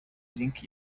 link